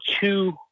two –